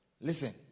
Listen